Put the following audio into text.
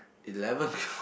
eleven twelve